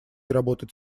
работать